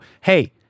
hey